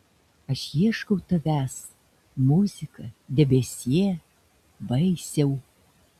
aš ieškau tavęs muzika debesie vaisiau